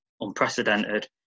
unprecedented